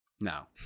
Now